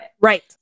Right